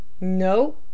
No